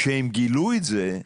כשהם גילו את זה,